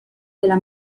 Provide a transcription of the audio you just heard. della